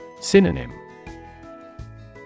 Synonym